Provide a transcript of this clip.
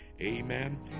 Amen